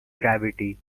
gravity